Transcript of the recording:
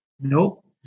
Nope